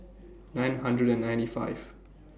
nine hundred and ninety five